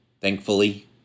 thankfully